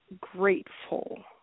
grateful